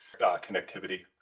connectivity